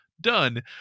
done